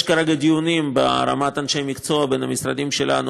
יש כרגע דיונים ברמת אנשי המקצוע בין המשרדים שלנו